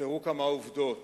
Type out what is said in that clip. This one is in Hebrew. הוסתרו כמה עובדות